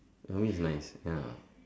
Hermes is nice ya